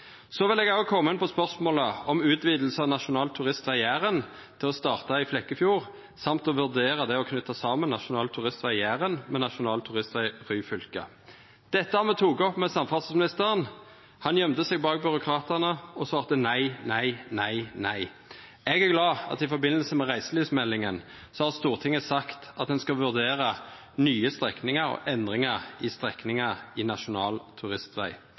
Så vil eg òg koma inn på spørsmålet om utviding av nasjonal turistveg i Jæren til å starta i Flekkefjord og å vurdera å knyta saman nasjonal turistveg i Jæren med nasjonal turistveg i Ryfylke. Dette har me teke opp med samferdselsministeren. Han gøymde seg bak byråkratane og svarte nei, nei, nei. Eg er glad for at i forbindelse med reiselivsmeldinga har Stortinget sagt at ein skal vurdera nye strekningar og endringar i strekningar i nasjonal turistveg.